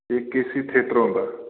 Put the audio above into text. इक केसी थियेटर होंदा ऐ